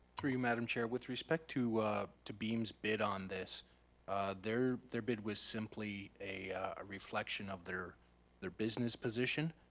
through you madam chair with respect to to beam's bid on this their their bid was simply a ah reflection of their their business position.